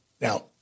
now